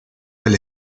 del